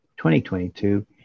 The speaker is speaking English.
2022